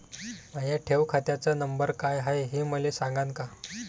माया ठेव खात्याचा नंबर काय हाय हे मले सांगान का?